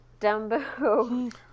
Dumbo